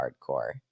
hardcore